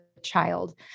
child